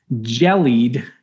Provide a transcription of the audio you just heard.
jellied